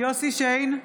יוסף שיין,